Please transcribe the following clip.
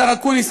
השר אקוניס,